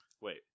Wait